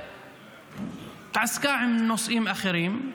והתעסקה בנושאים אחרים.